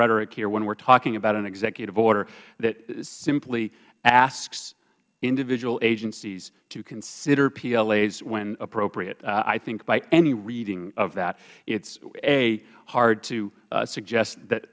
rhetoric here when we're talking about an executive order that simply asks individual agencies to consider plas when appropriate i think by any reading of that it's a hard to suggest that